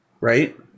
right